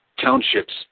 townships